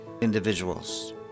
individuals